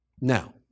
Now